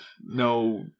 no